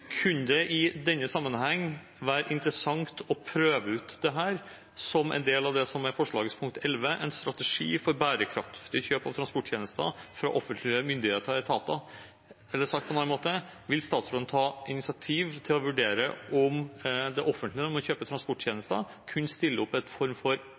Kunne det i denne sammenheng være interessant å prøve ut dette, som en del av det som er representantforslagets punkt nr. 11, en «strategi for bærekraftige kjøp av transporttjenester fra offentlige myndigheter og etater»? Sagt på en annen måte: Vil statsråden ta initiativ til å vurdere om det offentlige – når man kjøper transporttjenester – kunne stille opp med en form for